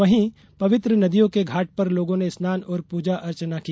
वहीं पवित्र नदियों के घांट पर लोगों ने स्नान और पूजा अर्चना की